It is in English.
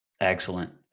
Excellent